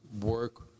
work